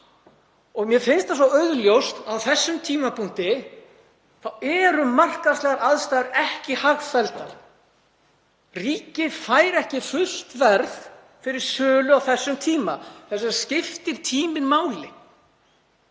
Mér finnst það svo augljóst að á þessum tímapunkti eru markaðslegar aðstæður ekki hagfelldar. Ríkið fær ekki fullt verð fyrir sölu á þessum tíma. Þess vegna skiptir tíminn máli.